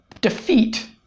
defeat